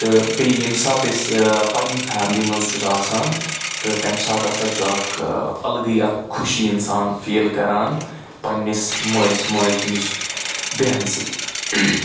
تہٕ بیٚیہِ ییٚمہِ ساتہٕ أسۍ پنٛنہِ فیملی منٛز چھُس آسان تہٕ تمہِ ساتہٕ ہَسا چھُ اکھ الگٕے اکھ خوشی اِنسان فیٖل کَران پنٛنِس مٲلِس ماجہِ نِش بیٚہنہٕ سۭتۍ